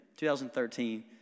2013